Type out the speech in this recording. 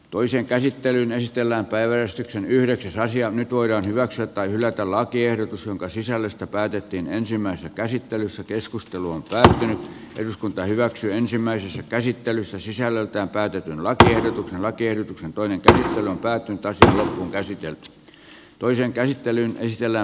toisen käsittelyn estellä päivystyksen yhdeksi nyt voidaan hyväksyä tai hylätä lakiehdotus jonka sisällöstä päätettiin ensimmäisessä käsittelyssä keskustelun tarve eduskunta hyväksyy ensimmäisessä käsittelyssä sisällöltään käytetyn vaatteen lakiehdotuksen toinen tähti on päätynyt tästä on kehittynyt toiseen käsittelyyn vielä